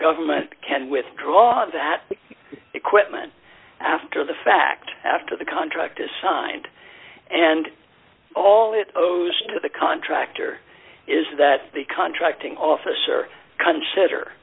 government can withdraw that equipment after the fact after the contract is signed and all that goes to the contractor is that the contracting officer consider